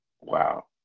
Wow